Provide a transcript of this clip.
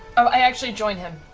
i actually join him.